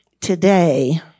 today